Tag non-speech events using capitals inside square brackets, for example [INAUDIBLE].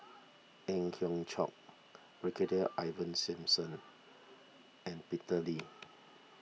Ang Hiong Chiok Brigadier Ivan Simson [NOISE] and Peter Lee